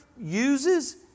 uses